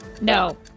No